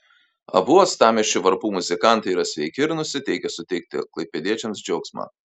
abu uostamiesčio varpų muzikantai yra sveiki ir nusiteikę suteikti klaipėdiečiams džiaugsmą